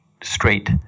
straight